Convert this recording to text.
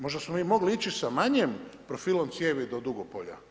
Možda smo mi mogli ići sa manjim profilom cijevi do Dugopolja.